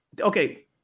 okay